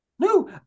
No